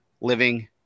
living